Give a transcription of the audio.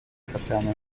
kaserne